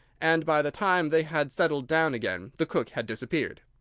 and, by the time they had settled down again, the cook had disappeared.